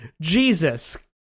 Jesus